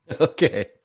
Okay